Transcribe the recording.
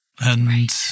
And-